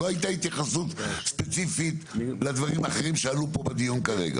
לא הייתה התייחסות ספציפית לדברים אחרים שעלו פה בדיון כרגע?